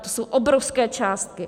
To jsou obrovské částky.